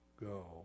go